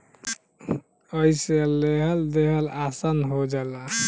अइसे लेहल देहल आसन हो जाला